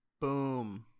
Boom